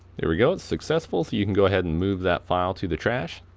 there we go it's successful so you can go ahead and move that file to the trash.